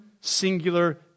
singular